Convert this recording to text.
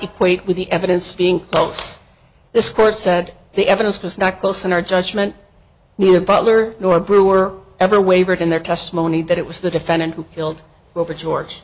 equate with the evidence being close this court said the evidence was not close in our judgment neither butler nor brewer ever wavered in their testimony that it was the defendant who killed over george